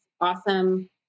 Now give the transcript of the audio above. Awesome